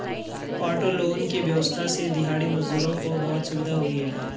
auto loan की व्यवस्था से दिहाड़ी मजदूरों को बहुत सुविधा हुई है